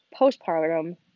postpartum